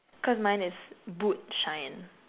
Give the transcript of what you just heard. cause mine is boot shine